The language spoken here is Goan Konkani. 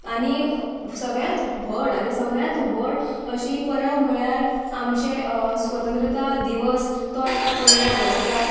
आनी सगळ्यांत व्हड आनी सगळ्यांत व्हड अशी परब म्हळ्यार आमचे स्वतंत्रता दिवस तो येता पंदरा ऑगस्टाक